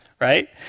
right